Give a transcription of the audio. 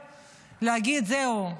להגיד: זהו,